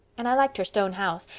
and i like her stone house,